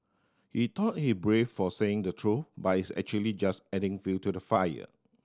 he thought he brave for saying the truth but he's actually just adding fuel to the fire